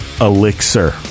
Elixir